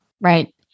right